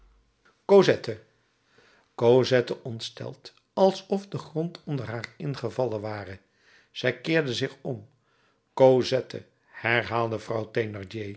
cosette cosette ontstelde alsof de grond onder haar ingevallen ware zij keerde zich om cosette herhaalde vrouw